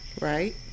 Right